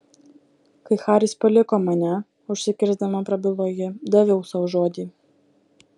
kai haris paliko mane užsikirsdama prabilo ji daviau sau žodį